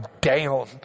down